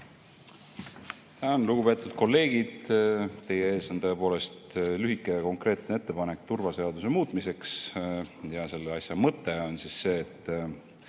Lugupeetud kolleegid! Teie ees on tõepoolest lühike ja konkreetne ettepanek turvaseaduse muutmiseks. Selle asja mõte on see, et